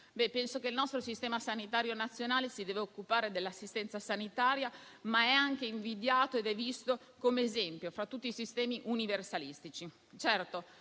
Penso che il nostro Sistema sanitario nazionale debba occuparsi dell'assistenza sanitaria. Esso è anche invidiato e visto come esempio fra tutti i sistemi universalistici.